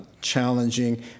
challenging